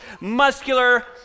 muscular